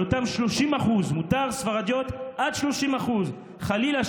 על אותם 30%; מותר ספרדיות עד 30%. חלילה,